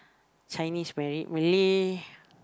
Chinese married Malay